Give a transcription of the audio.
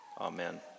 Amen